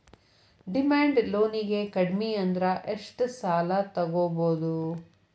Demand ಲೊನಿಗೆ ಕಡ್ಮಿಅಂದ್ರ ಎಷ್ಟ್ ಸಾಲಾ ತಗೊಬೊದು?